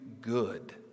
good